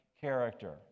character